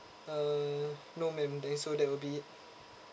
uh no madam then so that will be it